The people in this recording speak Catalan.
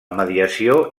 mediació